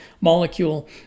molecule